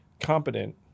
competent